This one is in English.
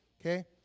Okay